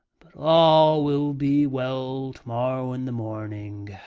but all will be well to-morrow in the morning.